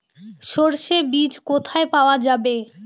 সর্ষে বিজ কোথায় পাওয়া যাবে?